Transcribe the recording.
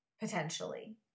potentially